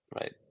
right